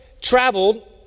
traveled